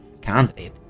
candidate